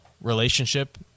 relationship